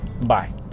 Bye